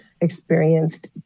experienced